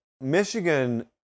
Michigan